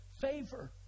favor